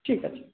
ঠিক আছে